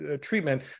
treatment